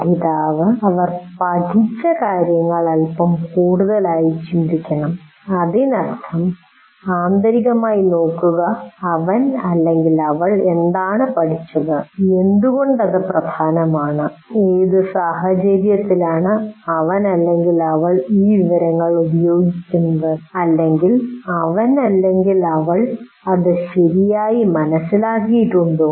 പഠിതാവ് അവർ പഠിച്ച കാര്യങ്ങൾ അൽപ്പം കൂടുതലായി ചിന്തിക്കണം അതിനർത്ഥം ആന്തരികമായി നോക്കുക അവൻ അവൾ എന്താണ് പഠിച്ചത് എന്തുകൊണ്ട് ഇത് പ്രധാനമാണ് ഏത് സാഹചര്യത്തിലാണ് അവൻ അവൾ ഈ വിവരങ്ങൾ ഉപയോഗിക്കുന്നത് അല്ലെങ്കിൽ അവൻ അവൾ അത് ശരിയായി മനസ്സിലാക്കിയിട്ടുണ്ടോ